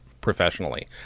professionally